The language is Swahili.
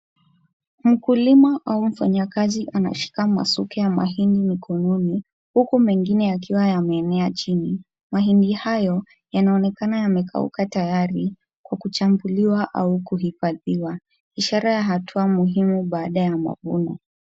Mkulima au mfanyikazi anashika masuke ya mahindi mikononi huku mengine yakiwa yameenea chini. Mahindi hayo yanaonekana yamekauka tayari kwa kuchambuliwa au kuhifadhiwa. Ishara ya hatua muhimu baada ya mavuno.